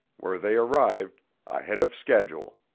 where they arrived ahead of schedule.